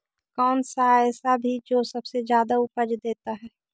कौन सा ऐसा भी जो सबसे ज्यादा उपज देता है?